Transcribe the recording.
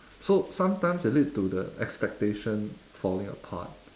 so sometimes it lead to the expectation falling apart